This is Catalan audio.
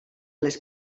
les